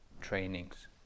trainings